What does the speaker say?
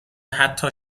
حتی